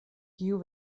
kiu